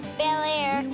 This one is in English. bel-air